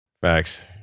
Facts